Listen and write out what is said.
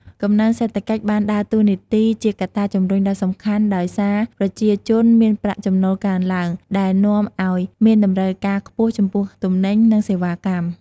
កំណើនសេដ្ឋកិច្ចបានដើរតួនាទីជាកត្តាជំរុញដ៏សំខាន់ ដោយសារប្រជាជនមានប្រាក់ចំណូលកើនឡើង ដែលនាំឲ្យមានតម្រូវការខ្ពស់ចំពោះទំនិញ និងសេវាកម្ម។